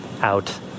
out